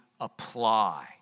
apply